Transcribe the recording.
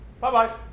Bye-bye